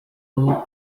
aho